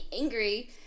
angry